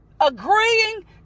Agreeing